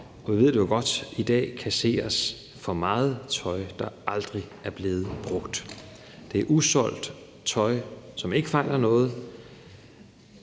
Vi ved det jo godt. I dag kasseres for meget tøj, der aldrig er blevet brugt. Det er usolgt tøj, som ikke fejler noget,